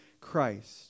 Christ